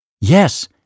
Yes